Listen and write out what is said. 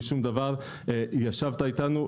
ישבת אתנו,